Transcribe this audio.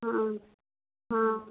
ہاں ہاں